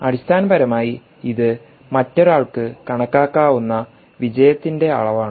അടിസ്ഥാനപരമായി ഇത് മറ്റൊരാൾക്ക് കണക്കാക്കാവുന്ന വിജയത്തിൻറെ അളവാണ്